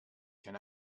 can